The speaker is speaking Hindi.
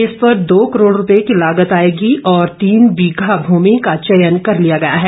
इस पर दो करोड़ रुपए की लागत आएगी और तीन बीघा भूमि का चयन कर लिया गया है